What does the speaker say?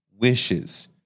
wishes